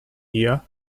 year